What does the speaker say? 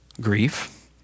grief